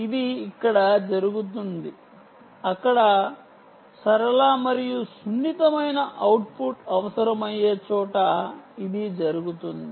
ఇది ఇక్కడ జరుగుతుంది ఇక్కడ చాలా సరళ మరియు సున్నితమైన అవుట్పుట్ అవసరమయ్యే చోట ఇది జరుగుతుంది